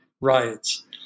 riots